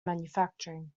manufacturing